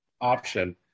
option